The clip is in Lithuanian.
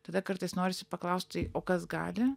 tada kartais norisi paklaust tai o kas gali